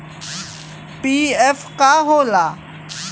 PF का होला?